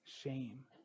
shame